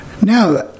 Now